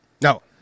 No